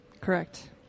correct